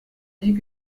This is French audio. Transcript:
dit